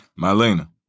Mylena